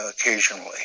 occasionally